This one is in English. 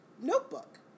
notebook